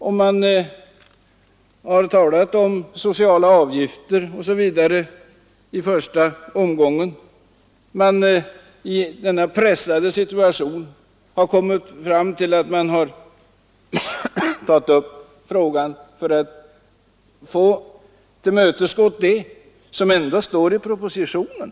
Det talades i första omgången om sociala avgifter osv., och vi har velat tillmötesgå önskemålet att verksamheten skall bedrivas på i stort sett oförändrad nivå. Detta uttalas ju även i propositionen.